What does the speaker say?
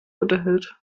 unterhält